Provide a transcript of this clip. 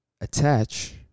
attach